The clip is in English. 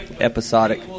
Episodic